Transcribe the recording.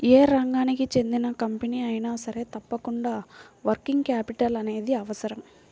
యే రంగానికి చెందిన కంపెనీ అయినా సరే తప్పకుండా వర్కింగ్ క్యాపిటల్ అనేది అవసరం